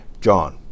John